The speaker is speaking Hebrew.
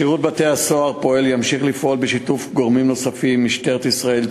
שירות בתי-הסוהר פועל וימשיך לפעול בשיתוף גורמים נוספים: משטרת ישראל,